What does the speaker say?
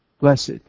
Blessed